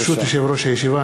ברשות יושב-ראש הישיבה,